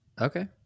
okay